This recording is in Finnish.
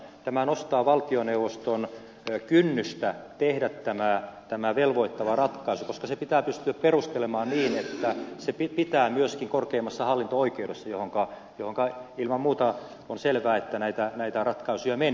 tämä nostaa valtioneuvoston kynnystä tehdä tämä velvoittava ratkaisu koska se pitää pystyä perustelemaan niin että se pitää myöskin korkeimmassa hallinto oikeudessa johonka ilman muuta on selvää näitä ratkaisuja menee